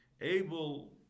able